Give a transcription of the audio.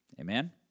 Amen